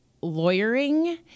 lawyering